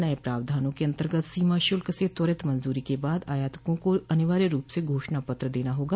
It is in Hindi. नये प्रावधानों के अंतर्गत सीमा शुल्क से त्वरित मंजूरी के बाद आयातकों को अनिवार्य रूप से घोषणा पत्र देना होगा